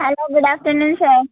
hello good afternoon sir